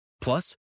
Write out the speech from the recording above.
Plus